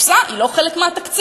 הקופסה היא לא חלק מהתקציב.